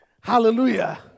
Hallelujah